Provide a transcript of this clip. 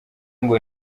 ngo